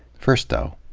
first, though.